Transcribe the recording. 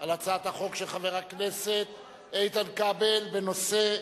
על הצעת החוק של חבר הכנסת איתן כבל בנושא,